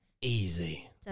easy